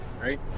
Right